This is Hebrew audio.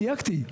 סייגתי.